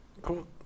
Cool